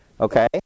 okay